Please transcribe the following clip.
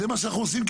זה מה שאנחנו עושים.